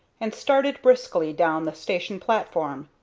and started briskly down the station platform,